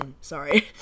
sorry